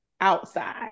outside